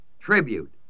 tribute